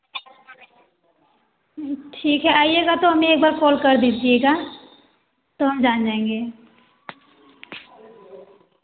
ठीक है आईएगा तो हमें एक बार कॉल कर दीजिएगा तो हम जान जाएँगे